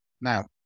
Now